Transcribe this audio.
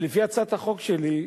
לפי הצעת החוק שלי,